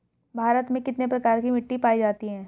भारत में कितने प्रकार की मिट्टी पाई जाती हैं?